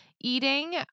eating